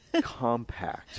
compact